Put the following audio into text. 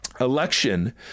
election